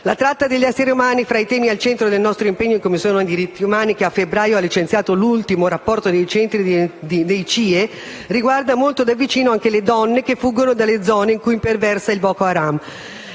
La tratta degli esseri umani, fra i temi al centro del nostro impegno nella Commissione per i diritti umani, che a febbraio ha licenziato l'ultimo rapporto sui Centri di identificazione ed espulsione, riguarda molto da vicino anche le donne che fuggono dalle zone in cui imperversa Boko Haram.